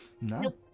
no